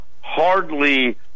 Hardly